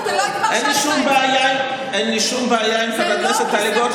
שלא מחודד כמוך,